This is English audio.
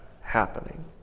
happening